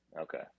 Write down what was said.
okay